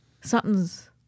something's